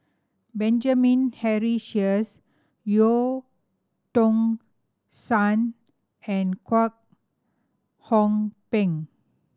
Benjamin Henry Sheares Eu Tong Sen and Kwek Hong Png